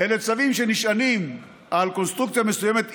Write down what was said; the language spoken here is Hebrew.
אלה צווים שנשענים על קונסטרוקציה מסוימת.